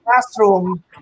classroom